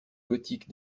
gothique